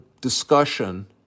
discussion